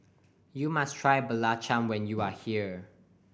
you must try belacan when you are here